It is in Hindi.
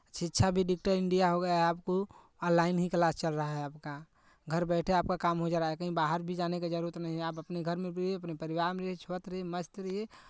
शिक्षा भी डिजिटल इंडिया हो गया है आपको ऑनलाइन ही क्लास चल रहा है आपका घर बैठे आपका काम हो जा रहा है कहीं बाहर भी जाने का जरूरत नहीं है आप अपने घर में रहिए अपने परिवार में रहिए स्वस्थ रहिए मस्त रहिए